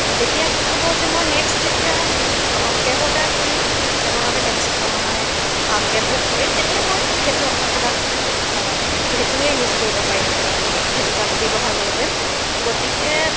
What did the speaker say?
তেতিয়া কি হ'ব যে মই নেক্সট যেতিয়া কেব অৰ্ডাৰ কৰিম কেবৰ বাবে কেঞ্চে মানে কেব বুক কৰিম তেতিয়া মই সেইটো আপোনালোকে তাত সেইটোৱেই ইউজ কৰিব পাৰিম তেতিয়া সেইটো তাত ব্যৱহাৰ কৰিব পাৰিম গতিকে